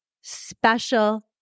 special